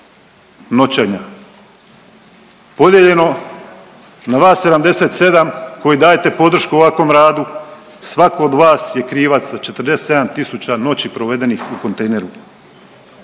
podijeljeno na vas 77 koji dajete podršku ovakvom radu svatko od vas je krivac za 47 tisuća noći provedenih u kontejneru.